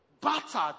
battered